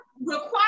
require